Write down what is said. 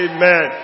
Amen